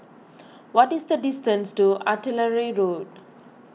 what is the distance to Artillery Road